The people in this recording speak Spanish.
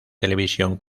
televisión